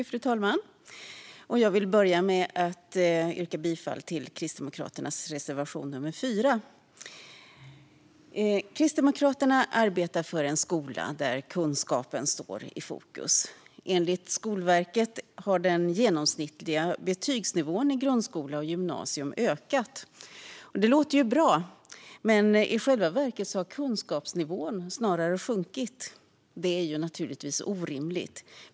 Fru talman! Jag vill börja med att yrka bifall till Kristdemokraternas reservation nummer 4. Kristdemokraterna arbetar för en skola där kunskapen står i fokus. Enligt Skolverket har den genomsnittliga betygsnivån i grundskola och gymnasium ökat. Det låter ju bra. Men i själva verket har kunskapsnivån snarare sjunkit. Detta är naturligtvis orimligt.